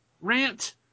rant